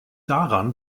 daran